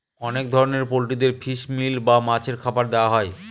অনেক ধরনের পোল্ট্রিদের ফিশ মিল বা মাছের খাবার দেওয়া হয়